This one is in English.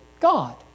God